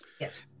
Yes